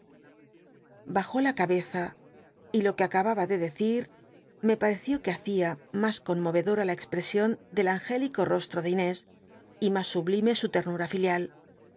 bajó la cabeza y lo que acababa de decir me pareció que hacia mas conmovedora la expresion del angélico rostro de inés y mas sublime su ternura filial